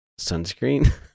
sunscreen